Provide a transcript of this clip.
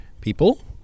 people